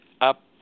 up